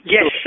Yes